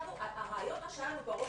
הרעיון שהיה לנו בראש,